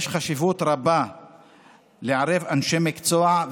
יש חשיבות רבה לערב אנשי מקצוע,